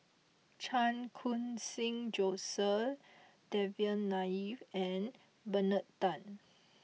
Chan Khun Sing Joseph Devan Nair and Bernard Tan